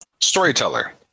Storyteller